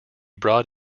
brought